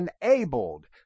enabled